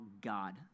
God